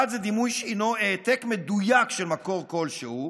אחד זה דימוי שהינו העתק מדויק של מקור כלשהו,